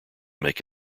make